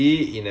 ya